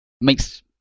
makes